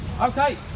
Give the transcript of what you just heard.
okay